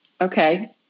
Okay